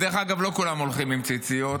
דרך אגב, לא כולם הולכים עם ציציות,